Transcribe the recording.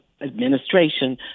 administration